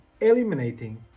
eliminating